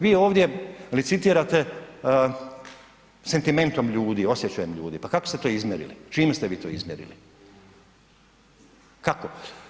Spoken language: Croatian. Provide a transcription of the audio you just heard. Vi ovdje licitirate sentimentom ljudi, osjećajima ljudi, pa kako ste to izmjerili, čime ste vi to izmjerili, kako?